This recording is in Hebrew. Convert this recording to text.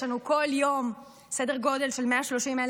יש לנו כל יום סדר גודל של 130,000